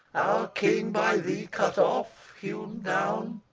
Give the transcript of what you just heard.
king by thee cut off, hewn down!